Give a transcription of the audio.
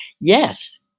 Yes